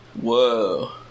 Whoa